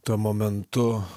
tuo momentu